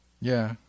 Yeah